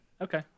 Okay